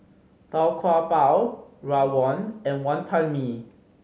Tau Kwa Pau rawon and Wonton Mee